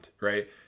right